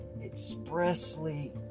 Expressly